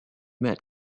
met